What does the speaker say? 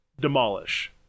demolish